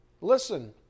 Listen